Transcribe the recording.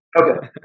Okay